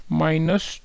minus